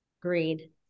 Agreed